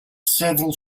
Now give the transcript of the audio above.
several